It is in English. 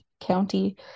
county